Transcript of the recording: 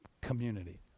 community